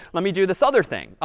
let me do this other thing.